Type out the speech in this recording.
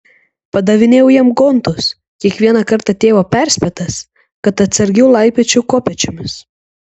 padavinėjau jam gontus kiekvieną kartą tėvo perspėtas kad atsargiau laipiočiau kopėčiomis